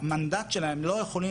לא,